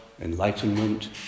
enlightenment